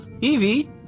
Evie